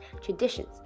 traditions